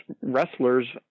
wrestlers